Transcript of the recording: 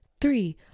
three